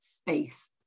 space